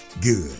good